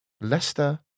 Leicester